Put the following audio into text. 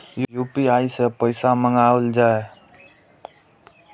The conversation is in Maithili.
यू.पी.आई सै पैसा मंगाउल जाय?